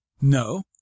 No